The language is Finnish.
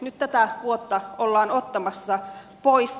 nyt tätä vuotta ollaan ottamassa pois